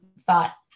thought